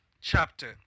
chapter